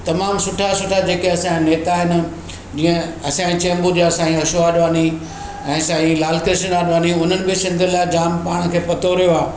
तमामु सुठा सुठा जेके असांजा नेता आहिनि जीअं असांए चेंबूर जा साईं हाशु आडवाणी ऐं साईं लालकृष्ण आडवाणी उन्हनि बि सिंधु लाइ जाम पाण खे पतोड़ियो आहे